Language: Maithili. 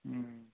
उँ हूँ